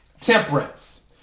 Temperance